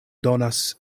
donas